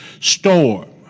storm